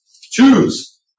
choose